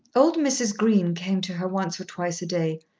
old mrs. green came to her once or twice a day,